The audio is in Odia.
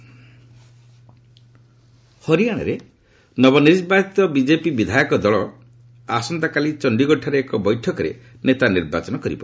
ଲିଡ୍ ହରିଆଣା ହରିଆଶାରେ ନବନିର୍ବାଚିତ ବିଜେପି ବିଧାୟକ ଦଳ ଆସନ୍ତାକାଲି ଚଣ୍ଡିଗଡ଼ଠାରେ ଏକ ବୈଠକରେ ନେତା ନିର୍ବାଚନ କରିବ